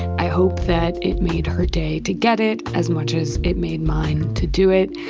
i hope that it made her day to get it as much as it made mine to do it.